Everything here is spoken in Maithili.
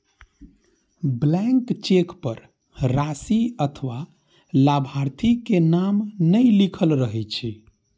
ब्लैंक चेक पर राशि अथवा लाभार्थी के नाम नै लिखल रहै छै